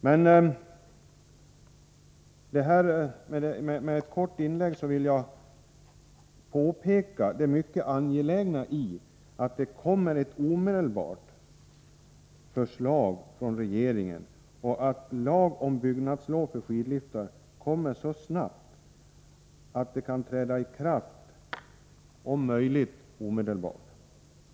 Med detta korta inlägg vill jag påpeka det mycket angelägna i att det kommer ett omedelbart förslag från regeringen och att lag om byggnadslov för skidliftar antas så snabbt att den kan träda i kraft om möjligt omedelbart.